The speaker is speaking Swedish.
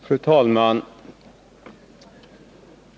Fru talman!